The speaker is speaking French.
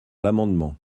l’amendement